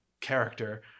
character